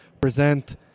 present